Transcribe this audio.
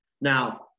Now